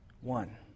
One